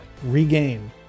Regain